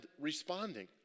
responding